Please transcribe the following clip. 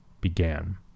began